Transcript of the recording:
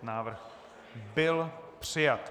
Návrh byl přijat.